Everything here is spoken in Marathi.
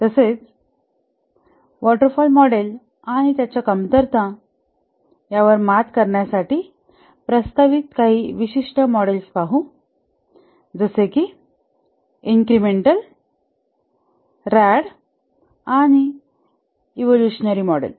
तसेच वॉटर फॉल मॉडेल आणि त्याच्या कमतरता यावर मात करण्यासाठी प्रस्तावित काही विशिष्ट मॉडेल्स पाहू जसे की इन्क्रिमेंटल RAD आणि इवोल्युशनरी मॉडेल